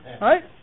right